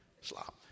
Slop